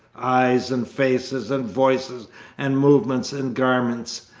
eyes and faces and voices and movements and garments,